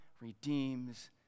redeems